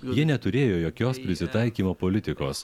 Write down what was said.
ji neturėjo jokios prisitaikymo politikos